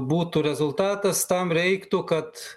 būtų rezultatas tam reiktų kad